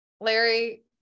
Larry